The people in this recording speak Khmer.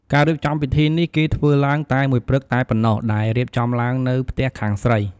ការរៀបចំពិធីនេះគេធ្វើឡើងតែមួយព្រឹកតែប៉ុណ្ណោះដែលរៀបចំឡើងនៅផ្ទះខាងស្រី។